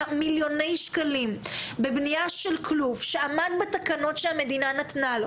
מיליוני שקלים בבנייה של כלוב שעמד בתקנות שהמדינה נתנה לו